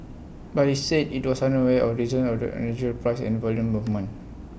but IT said IT was unaware of reasons of the unusual price and volume movement